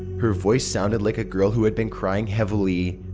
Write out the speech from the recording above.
her voice sounded like a girl who had been crying heavily.